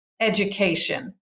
education